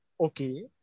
okay